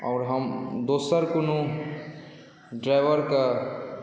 आओर हम दोसर कोनो ड्राइवरकेँ